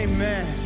Amen